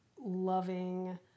loving